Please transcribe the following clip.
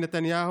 הממשלה,